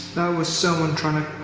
was someone trying to,